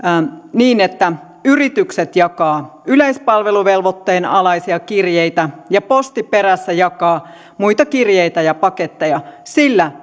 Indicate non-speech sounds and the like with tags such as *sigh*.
niin että yritykset jakavat yleispalveluvelvoitteen alaisia kirjeitä ja posti perässä jakaa muita kirjeitä ja paketteja sillä *unintelligible*